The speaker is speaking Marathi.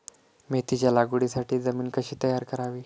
मेथीच्या लागवडीसाठी जमीन कशी तयार करावी?